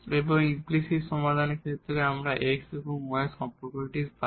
এবং ইমপ্লিসিট সমাধানের ক্ষেত্রে আমরা x এবং y এর এই সম্পর্কটি পাই